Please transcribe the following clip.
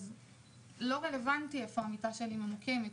לא רלוונטי איפה המיטה שלי ממוקמת.